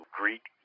greet